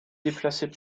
déplacée